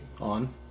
On